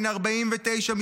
בן 49,